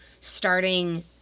starting